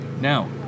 Now